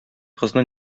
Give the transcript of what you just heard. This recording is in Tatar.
кызны